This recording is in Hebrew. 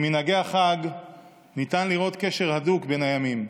ממנהגי החג ניתן לראות קשר הדוק בין הימים: